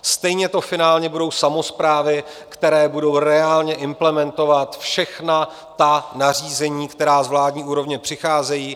Stejně to finálně budou samosprávy, které budou reálně implementovat všechna ta nařízení, která z vládní úrovně přicházejí.